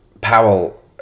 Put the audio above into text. Powell